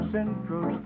Central